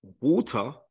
water